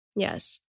Yes